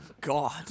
God